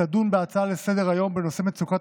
תדון בהצעה לסדר-היום בנושא: מצוקת